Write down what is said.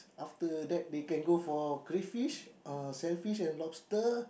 after that they can go for crayfish uh shellfish and lobster